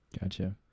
gotcha